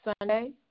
Sunday